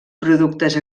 productes